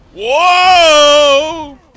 Whoa